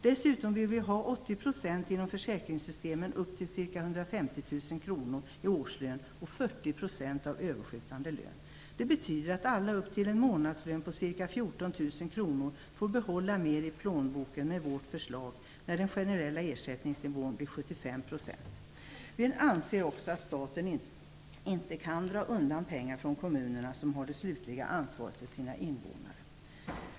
Dessutom vill vi ha 80 % ersättning inom försäkringssystemen upp till ca 150 000 kr i årslön och 40 % ersättning på överskjutande lön. Det betyder att alla med en månadslön på upp till ca 14 000 kr med vårt förslag får behålla mer i plånboken när den generella ersättningsnivån blir 75 %. Vi anser också att staten inte kan dra undan pengar från kommunerna, som har det slutliga ansvaret för sina invånare.